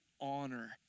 honor